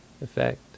effect